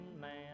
man